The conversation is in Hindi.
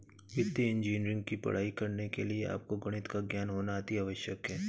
वित्तीय इंजीनियरिंग की पढ़ाई करने के लिए आपको गणित का ज्ञान होना अति आवश्यक है